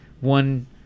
one